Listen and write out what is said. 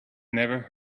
never